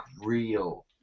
real